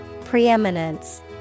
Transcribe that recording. Preeminence